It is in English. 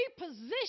reposition